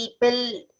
people